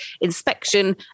inspection